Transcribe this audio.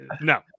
No